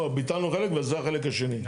לא, ביטלנו חלק וזה החלק השני.